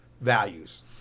values